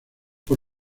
por